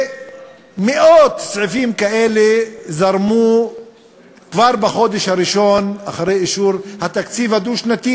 ומאות סעיפים כאלה זרמו כבר בחודש הראשון אחרי אישור התקציב הדו-שנתי,